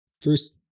First